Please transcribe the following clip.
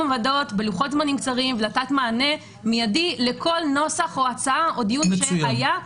עמדות בלוחות זמנים קצרים ולתת מענה מידי לכל נוסח או הצעה או דיון שהיה,